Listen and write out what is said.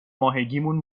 ماهگیمون